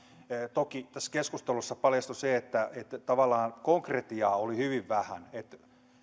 toki tässä keskustelussa paljastui se että tavallaan konkretiaa oli hyvin vähän